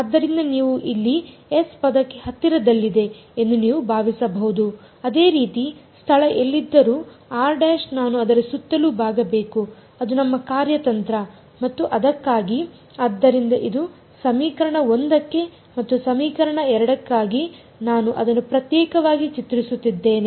ಆದ್ದರಿಂದ ನೀವು ಇಲ್ಲಿ S ಪದಕ್ಕೆ ಹತ್ತಿರದಲ್ಲಿದೆ ಎಂದು ನೀವು ಭಾವಿಸಬಹುದು ಅದೇ ರೀತಿ ಸ್ಥಳ ಎಲ್ಲಿದ್ದರೂ ನಾನು ಅದರ ಸುತ್ತಲೂ ಬಾಗಬೇಕು ಅದು ನಮ್ಮ ಕಾರ್ಯತಂತ್ರ ಮತ್ತು ಅದಕ್ಕಾಗಿ ಆದ್ದರಿಂದ ಇದು ಸಮೀಕರಣ 1 ಕ್ಕೆ ಮತ್ತು ಸಮೀಕರಣ 2 ಗಾಗಿ ನಾನು ಅದನ್ನು ಪ್ರತ್ಯೇಕವಾಗಿ ಚಿತ್ರಿಸುತ್ತಿದ್ದೇನೆ